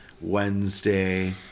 Wednesday